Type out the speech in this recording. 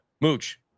Mooch